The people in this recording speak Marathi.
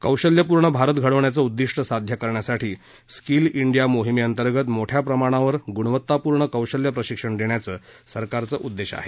कौशल्यपूर्ण भारत घडवण्याचं उद्दीष्ट साध्य करण्यासाठी स्कील इंडिया मोहीमेअंतर्गत मोठ्या प्रमाणावर गुणवत्तापूर्ण कौशल्य प्रशिक्षण देण्याचं सरकारचं उद्देश आहे